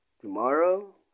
tomorrow